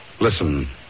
Listen